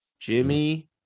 jimmy